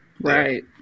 Right